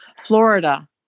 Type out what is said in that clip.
Florida